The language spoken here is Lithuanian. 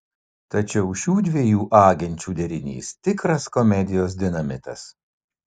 tačiau šių dviejų agenčių derinys tikras komedijos dinamitas